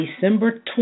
December